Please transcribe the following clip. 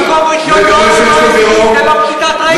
ובמקום ראשון ב-OECD זה לא פשיטת רגל?